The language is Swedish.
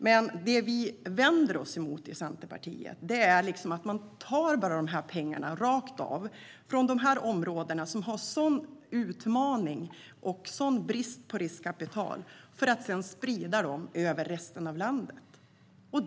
Men det vi i Centerpartiet vänder oss emot är att man rakt av tar pengar från dessa områden, som har sådana utmaningar och sådan brist på riskkapital, för att sprida dem över resten av landet.